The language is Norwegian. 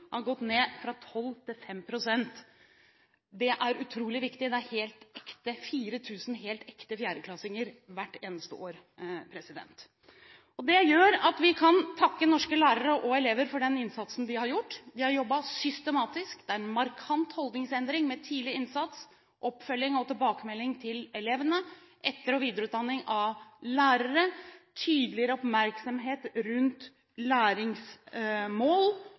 gått ned fra 12 pst. til 5 pst. Det er utrolig viktig – det er 4 000 helt ekte fjerdeklassinger hvert eneste år. Det gjør at vi kan takke norske lærere og elever for den innsatsen de har gjort. De har jobbet systematisk, det er en markant holdningsendring – med tidlig innsats, oppfølging og tilbakemelding til elevene, etter- og videreutdanning av lærere, tydeligere oppmerksomhet rundt læringsmål